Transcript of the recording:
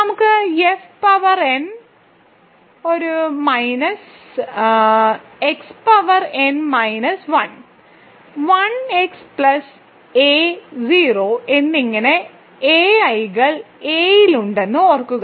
നമുക്ക് f power n ഒരു minus 1 x power n minus 1 1 x plus a 0 എന്നിങ്ങനെ ai കൾ എയിലുണ്ടെന്ന് ഓർക്കുക